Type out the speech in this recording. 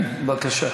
כן, בבקשה.